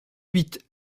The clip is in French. huit